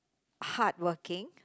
hardworking